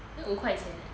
then 五块钱 leh